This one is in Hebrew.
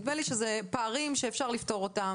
נדמה לי שהם פערים שניתן לפתור אותם.